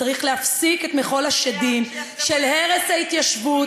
צריך להפסיק את מחול השדים של הרס ההתיישבות